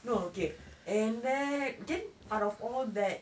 no okay and that gen~ out of all that